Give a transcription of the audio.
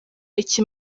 icyo